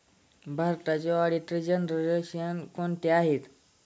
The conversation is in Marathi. भारताचे ऑडिटर जनरल कोण आहेत?